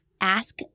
Ask